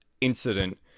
incident